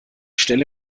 stelle